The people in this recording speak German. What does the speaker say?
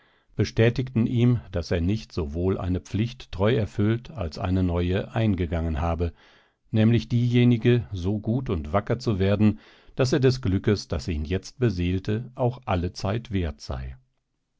bestätigten ihm daß er nicht sowohl eine pflicht treu erfüllt als eine neue eingegangen habe nämlich diejenige so gut und wacker zu werden daß er des glückes das ihn jetzt beseelte auch allezeit wert sei